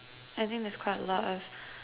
I think there's quite a lot of